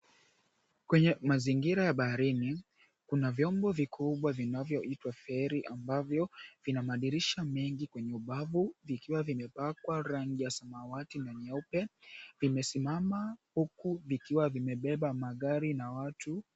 Kwenye mazingira ya baharini, kuna vyombo vikubwa vinayoitwa feri ambavyo vina madirisha mengi kwenye ubavu vikiwa vimepakwa rangi ya samawati na nyeupe. Vimesimama huku vikiwa vimebeba magari na watu.